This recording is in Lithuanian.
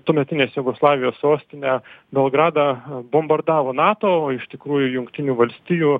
tuometinės jugoslavijos sostinę belgradą bombardavo nato o iš tikrųjų jungtinių valstijų